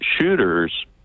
shooters